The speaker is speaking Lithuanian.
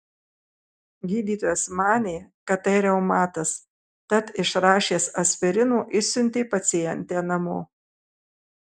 gydytojas manė kad tai reumatas tad išrašęs aspirino išsiuntė pacientę namo